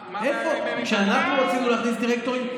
כשאנחנו רצינו להכניס דירקטורים,